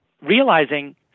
realizing